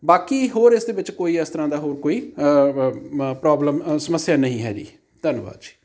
ਬਾਕੀ ਹੋਰ ਇਸ ਦੇ ਵਿੱਚ ਕੋਈ ਇਸ ਤਰ੍ਹਾਂ ਦਾ ਹੋਰ ਕੋਈ ਪ੍ਰੋਬਲਮ ਸਮੱਸਿਆ ਨਹੀਂ ਹੈ ਜੀ ਧੰਨਵਾਦ ਜੀ